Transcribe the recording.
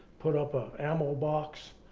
put up a ammo box,